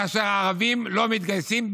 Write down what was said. כאשר הערבים לא מתגייסים,